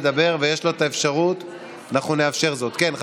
וכאן המקום,